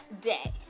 day